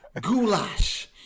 Goulash